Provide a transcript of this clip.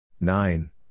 Nine